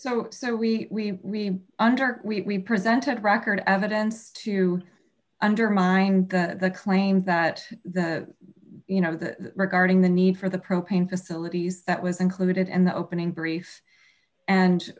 so so we really under we presented record evidence to undermine the claim that the you know the regarding the need for the propane facilities that was included in the opening brief and